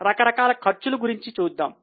మనము రకరకాల ఖర్చుల గురించి చూద్దాం